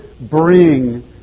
bring